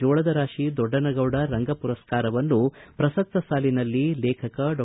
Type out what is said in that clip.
ಜೋಳದರಾತಿ ದೊಡ್ಡನಗೌಡ ರಂಗ ಪುರಸ್ಕಾರವನ್ನು ಪ್ರಸಕ್ತ ಸಾಲಿನಲ್ಲಿ ಲೇಖಕ ಡಾ